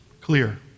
clear